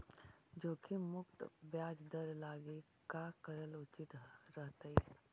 जोखिम मुक्त ब्याज दर लागी का करल उचित रहतई?